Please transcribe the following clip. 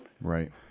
Right